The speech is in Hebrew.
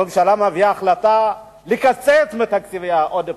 הממשלה מביאה החלטה לקצץ מתקציביה עוד פעם.